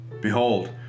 Behold